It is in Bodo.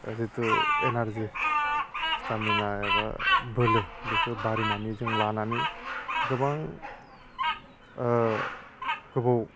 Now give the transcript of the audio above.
जितु एनारजि स्टेमिना एबा बोलो बेखौ बारायनानै जोङो लानानै गोबां गोबाव